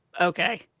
okay